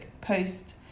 post